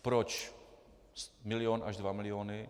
Proč milion až dva miliony?